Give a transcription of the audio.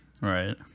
Right